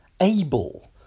able